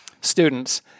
students